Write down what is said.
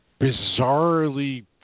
bizarrely